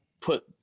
put